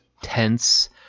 tense